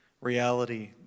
reality